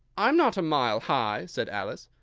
i'm not a mile high, said alice.